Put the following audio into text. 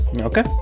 okay